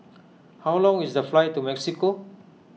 how long is the flight to Mexico